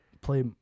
Play